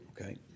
okay